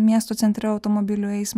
miesto centre automobilių eismą